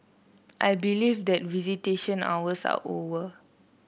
I believe that visitation hours are over